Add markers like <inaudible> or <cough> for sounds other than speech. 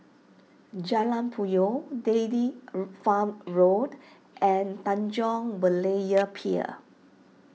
Jalan Puyoh Daily <unintelligible> Farm Road and Tanjong Berlayer Pier